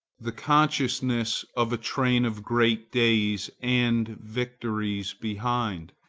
the consciousness of a train of great days and victories behind.